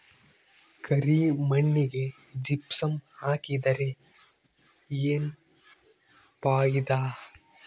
ಕರಿ ಮಣ್ಣಿಗೆ ಜಿಪ್ಸಮ್ ಹಾಕಿದರೆ ಏನ್ ಫಾಯಿದಾ?